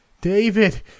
David